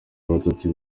abatutsi